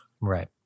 Right